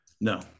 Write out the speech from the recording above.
no